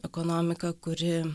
ekonomika kuri